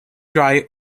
dry